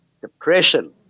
depression